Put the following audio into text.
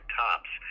tops